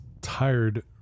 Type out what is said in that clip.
tired